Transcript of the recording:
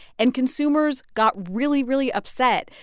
and consumers got really, really upset.